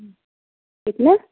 کتنا